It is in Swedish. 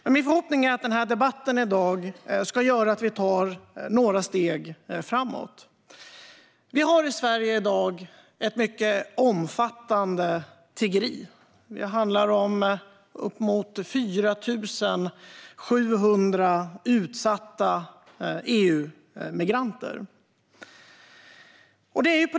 Men min förhoppning är att debatten i dag ska göra att vi tar några steg framåt. Vi har i Sverige i dag ett mycket omfattande tiggeri. Det handlar om uppemot 4 700 utsatta EU-migranter.